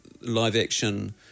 live-action